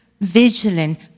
vigilant